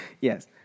Yes